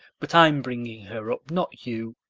but i'm bringing her up, not you.